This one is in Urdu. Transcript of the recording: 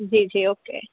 جی جی اوکے